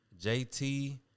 JT